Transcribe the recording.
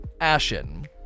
Ashen